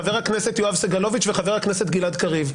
חבר הכנסת יואב סגלוביץ' וחבר הכנסת גלעד קריב,